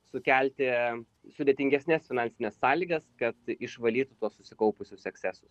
sukelti sudėtingesnes finansines sąlygas kad išvalyt susikaupusius ekscesus